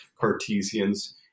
Cartesians